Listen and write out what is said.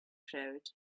crowd